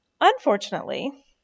Unfortunately